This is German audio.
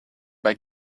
bei